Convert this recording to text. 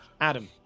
Adam